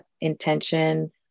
intention